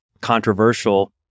controversial